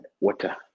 water